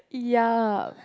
ya